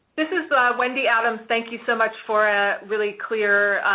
this is wendy adams. thank you so much for a really clear,